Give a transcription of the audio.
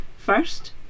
First